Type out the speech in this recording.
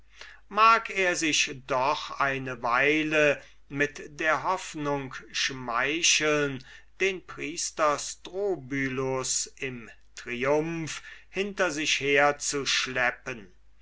mag er sich doch eine weile mit der hoffnung schmeicheln den priester strobylus im triumph hinter sich herzuschleppen die